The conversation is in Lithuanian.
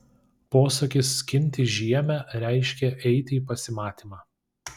posakis skinti žiemę reiškė eiti į pasimatymą